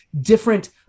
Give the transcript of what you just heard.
different